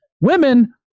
women